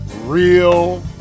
real